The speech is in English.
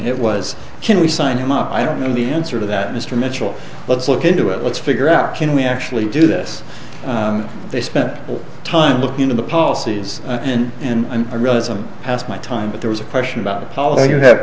violation it was can we sign him up i don't know the answer to that mr mitchell let's look into it let's figure out can we actually do this they spent time looking into the policies and and i realize i'm past my time but there was a question about it paul you have